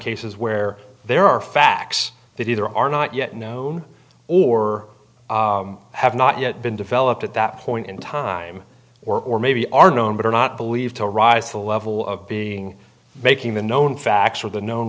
cases where there are facts that either are not yet known or have not yet been developed at that point in time or or maybe are known but are not believed to rise to the level of being making the known facts or the known